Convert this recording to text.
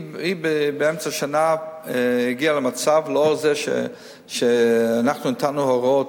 באמצע שנה הגיע למצב, אנחנו נתנו הוראות: